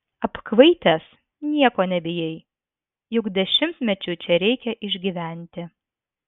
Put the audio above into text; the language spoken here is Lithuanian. apkvaitęs nieko nebijai juk dešimtmečiui čia reikia išgyventi